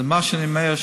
אז מה שאני אומר,